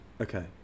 Okay